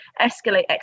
escalate